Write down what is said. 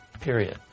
period